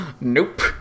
nope